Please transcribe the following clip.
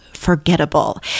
forgettable